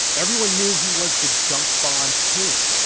everyone knew he was the junk bond king,